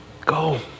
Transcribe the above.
go